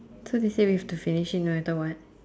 so they say we have to finish it no matter what